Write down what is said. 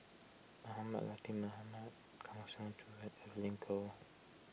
Mohamed Latiff Mohamed Kang Siong Joo Evelyn Goh